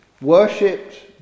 worshipped